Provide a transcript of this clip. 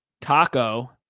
Taco